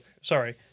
sorry